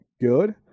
good